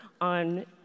on